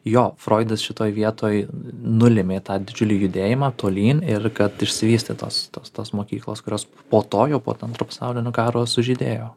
jo froidas šitoj vietoj nulėmė tą didžiulį judėjimą tolyn ir kad išsivystė tos tos tos mokyklos kurios po to jau po to antro pasaulinio karo sužydėjo